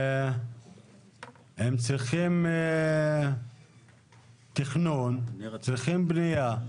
והם צריכים תכנון, צריכים בניה,